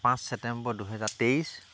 পাঁচ ছেপ্টেম্বৰ দুহেজাৰ তেইছ